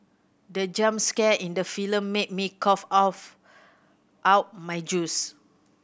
the jump scare in the film made me cough off out my juice